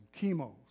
chemo